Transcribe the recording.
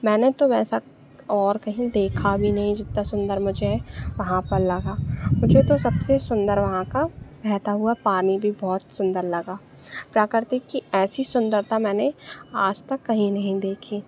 मैंने तो वैसा और कहीं देखा भी नहीं जीतता सुन्दर मुझे वहाँ पर लगा मुझे तो सबसे सुन्दर वहाँ का बहता हुआ पानी भी बहुत सुन्दर लगा प्रकृति की ऐसी सुन्दरता मैंने आज तक कभी नहीं देखी